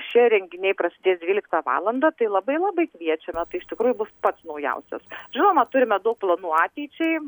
šie renginiai prasidės dvyliktą valandą tai labai labai kviečiame tai iš tikrųjų bus pats naujausias žinoma turime daug planų ateičiai